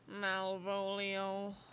Malvolio